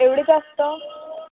एवढी जास्त